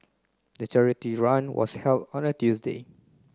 the charity run was held on a Tuesday